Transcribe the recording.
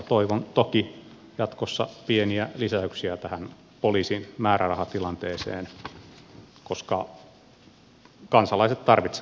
toivon toki jatkossa pieniä lisäyksiä tähän poliisin määrärahatilanteeseen koska kansalaiset tarvitsevat poliisia